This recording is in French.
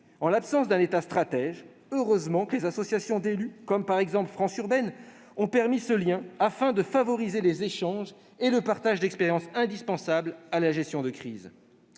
En l'absence d'un État stratège, il est heureux que les associations d'élus, par exemple France Urbaine, aient permis d'assurer ce lien afin de favoriser les échanges et le partage d'expériences, indispensables à la gestion de la crise.